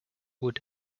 would